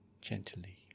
gently